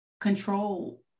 control